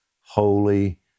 holy